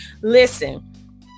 listen